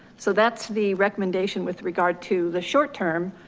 so that's the recommendation with regard to the short term,